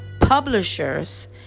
publishers